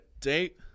date